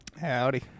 Howdy